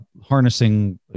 harnessing